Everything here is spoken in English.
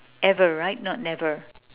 ever right not never